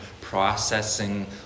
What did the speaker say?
processing